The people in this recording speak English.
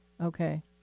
Okay